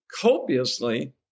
copiously